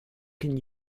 can